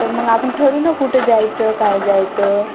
तर मग आपण ठरवू ना कुठं जायचं काय जायचं